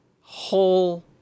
whole